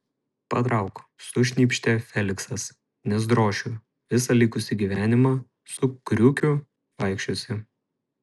patrauk sušnypštė feliksas nes drošiu visą likusį gyvenimą su kriukiu vaikščiosi